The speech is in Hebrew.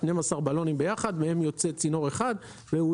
12 בלונים ביחד ומהם יוצא צינור אחד והוא